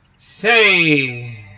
Say